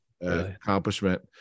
accomplishment